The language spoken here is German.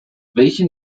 welche